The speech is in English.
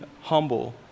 humble